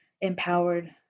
empowered